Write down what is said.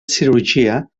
cirurgia